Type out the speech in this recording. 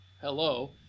hello